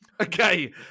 Okay